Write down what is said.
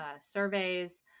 surveys